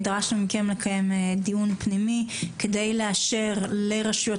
דרשנו מכם לקיים דיון פנימי כדי לאשר לרשויות